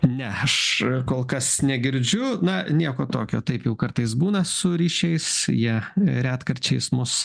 ne aš kol kas negirdžiu na nieko tokio taip jau kartais būna su ryšiais jie retkarčiais mus